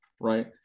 right